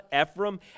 Ephraim